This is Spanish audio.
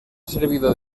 servido